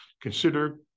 Consider